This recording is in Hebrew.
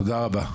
תודה רבה,